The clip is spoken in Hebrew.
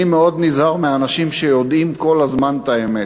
אני מאוד נזהר מאנשים שיודעים כל הזמן את האמת,